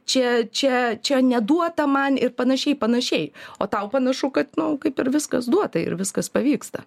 čia čia čia neduota man ir panašiai panašiai o tau panašu kad nu kaip ir viskas duota ir viskas pavyksta